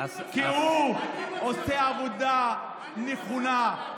כי הוא עושה עבודה נכונה.